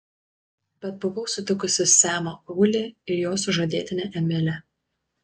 bet buvau sutikusi semą ulį ir jo sužadėtinę emilę